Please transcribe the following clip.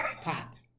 pot